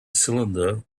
cylinder